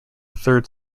third